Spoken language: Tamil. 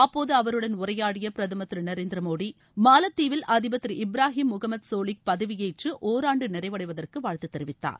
அப்போது அவருடன் உரையாடிய பிரதம் திரு நரேந்திர மோடி மாலத்தீவில் அதிபர் திரு இப்ராஹிம் முகமது கோலிஹ் பதவியேற்று ஒராண்டு நிறைவடைவதற்கு வாழ்த்து தெரிவித்தார்